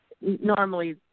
normally